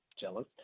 jealous